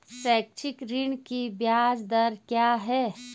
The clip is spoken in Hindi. शैक्षिक ऋण की ब्याज दर क्या है?